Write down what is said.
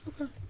Okay